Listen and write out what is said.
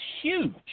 huge